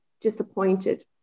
disappointed